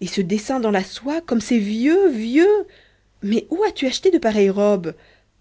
et ce dessin dans la soie comme c'est vieux vieux mais où as-tu acheté de pareilles robes